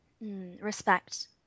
Respect